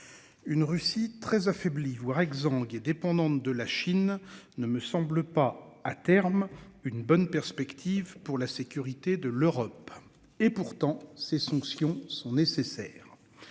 Une Russie très affaiblie voire exangue est dépendante de la Chine ne me semble pas à terme une bonne perspective pour la sécurité de l'Europe et pourtant ces sanctions sont nécessaires.